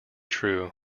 true